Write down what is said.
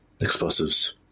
explosives